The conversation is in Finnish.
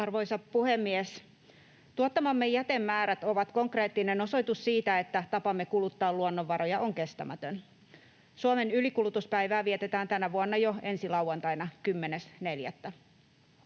Arvoisa puhemies! Tuottamamme jätemäärät ovat konkreettinen osoitus siitä, että tapamme kuluttaa luonnonvaroja on kestämätön. Suomen ylikulutuspäivää vietetään tänä vuonna jo ensi lauantaina 10.4.